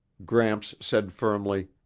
gramps said firmly,